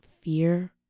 fear